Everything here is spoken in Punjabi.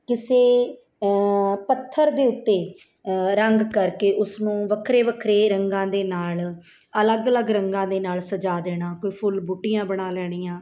ਕਿਸੇ ਪੱਥਰ ਦੇ ਉੱਤੇ ਰੰਗ ਕਰਕੇ ਉਸਨੂੰ ਵੱਖਰੇ ਵੱਖਰੇ ਰੰਗਾਂ ਦੇ ਨਾਲ ਅਲੱਗ ਅਲੱਗ ਰੰਗਾਂ ਦੇ ਨਾਲ ਸਜਾ ਦੇਣਾ ਕੋਈ ਫੁੱਲ ਬੂਟੀਆਂ ਬਣਾ ਲੈਣੀਆਂ